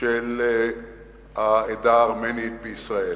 של העדה הארמנית בישראל.